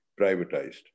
privatized